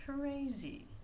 Crazy